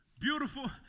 beautiful